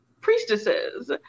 priestesses